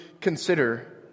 consider